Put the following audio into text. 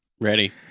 Ready